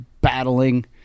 battling